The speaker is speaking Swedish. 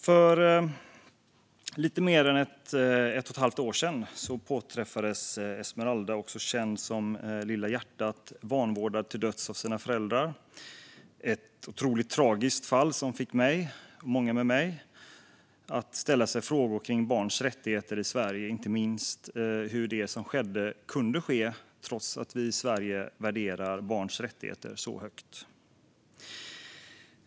För lite mer än ett och ett halvt år sedan påträffades Esmeralda, också känd som Lilla hjärtat, vanvårdad till döds av sina föräldrar. Det var ett otroligt tragiskt fall som fick mig och många med mig att ställa oss frågor kring barns rättigheter i Sverige, inte minst hur det som skedde kunde ske trots att vi i Sverige värderar barns rättigheter så högt.